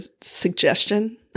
suggestion